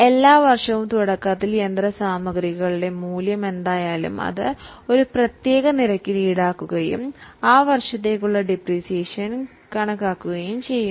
എല്ലാ വർഷവും തുടക്കത്തിൽ യന്ത്രസാമഗ്രികളുടെ മൂല്യത്തിൽ ഒരു നിരക്ക് ഈടാക്കുകയും ആ വർഷത്തേക്കുള്ള ഡിപ്രീസിയേഷൻ കണക്കാക്കുകയും ചെയ്യുന്നു